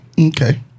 Okay